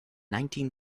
nineteen